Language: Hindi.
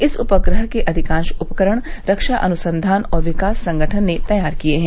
इस उपग्रह के अधिकांश उपकरण रक्षा अनुसंधान और विकास संगठन ने तैयार किये हैं